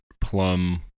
plum